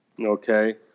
okay